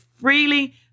freely